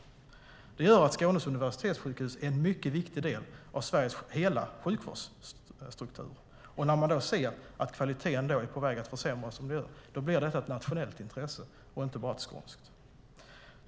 Detta gör att Skånes universitetssjukhus är en mycket viktig del av Sveriges hela sjukvårdsstruktur. När man då ser att kvaliteten är på väg att försämras blir detta ett nationellt intresse och inte bara ett skånskt.